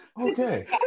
Okay